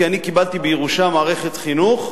כי אני קיבלתי בירושה מערכת חינוך,